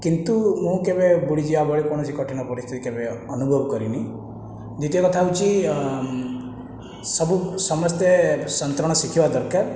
କିନ୍ତୁ ମୁଁ କେବେ ବୁଡି ଯିବା ଭଳି କୌଣସି କଠିନ ପରିସ୍ଥିତି କେବେ ଅନୁଭବ କରିନାହିଁ ଦ୍ୱିତୀୟ କଥା ହେଉଛି ସବୁ ସମସ୍ତେ ସନ୍ତରଣ ଶିଖିବା ଦରକାର